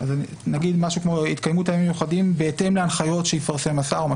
אז נגיד משהו: יתקיימו טעמים מיוחדים בהתאם להנחיות שיפרסם השר.